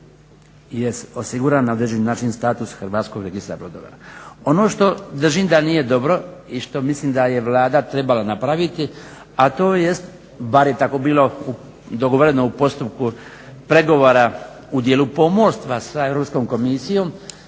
je osiguran na određeni način status Hrvatskog registra brodova. Ono što držim da nije dobro i što misli da je Vlada trebala napraviti a to jest, bar je tako bilo dogovoreno u postupku pregovora u dijelu pomorstva sa Europskom komisijom